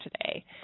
today